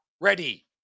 ready